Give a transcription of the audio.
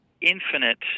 infinite